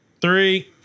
three